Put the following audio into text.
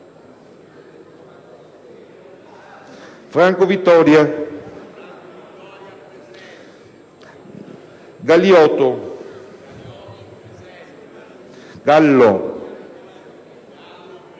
Franco Vittoria Galioto, Gallo,